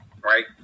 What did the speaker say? Right